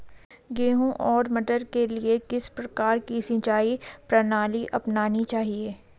गेहूँ और मटर के लिए किस प्रकार की सिंचाई प्रणाली अपनानी चाहिये?